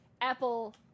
Apple